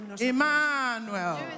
Emmanuel